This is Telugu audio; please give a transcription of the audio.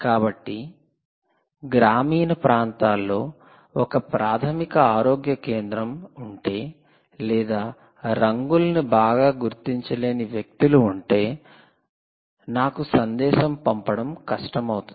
కాబట్టి గ్రామీణ ప్రాంతాల్లో ఒక ప్రాధమిక ఆరోగ్య కేంద్రం ఉంటే లేదా రంగులను బాగా గుర్తించలేని వ్యక్తులు ఉంటే నాకు సందేశం పంపడం కష్టమవుతుంది